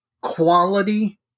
quality